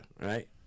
right